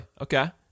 Okay